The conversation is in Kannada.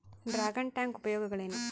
ಡ್ರಾಗನ್ ಟ್ಯಾಂಕ್ ಉಪಯೋಗಗಳೇನು?